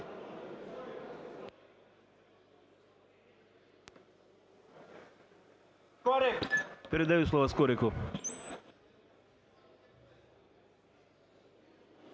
Передаю слово Скорику.